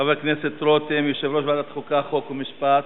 חבר הכנסת רותם, יושב-ראש ועדת החוקה, חוק ומשפט.